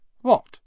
What